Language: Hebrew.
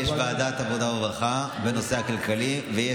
יש ועדת עבודה ורווחה בנושא הכלכלי או